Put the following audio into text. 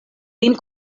lin